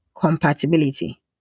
compatibility